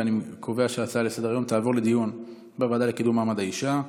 ואני קובע שההצעה לסדר-היום תעבור לדיון בוועדה לקידום מעמד האישה.